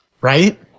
Right